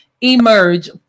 emerge